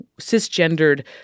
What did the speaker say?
cisgendered